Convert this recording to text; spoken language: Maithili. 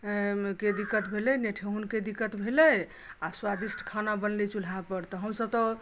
के दिक्क्त भेलै ने ठेहुँनके दिक्क्त भेलै आ स्वादिष्ट खाना बनलै चूल्हापर तऽ हमसभ तऽ